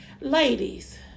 Ladies